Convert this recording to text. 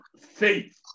faith